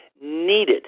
needed